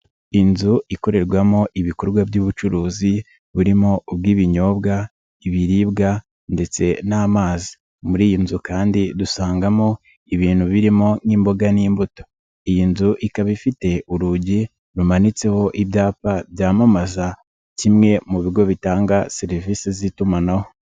Inzu ikorerwamo ibikorwa by'ubucuruzi burimo ubw'ibinyobwa, ibiribwa ndetse n'amazi, muri iyi nzu kandi dusangamo ibintu birimo nk'imboga n'imbuto, iyi nzu ikaba ifite urugi rumanitseho ibyapa byamamaza, kimwe mu bigo bitanga serivise z'itumanaho.